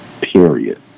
Period